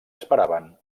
esperaven